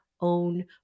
own